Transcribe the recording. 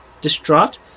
distraught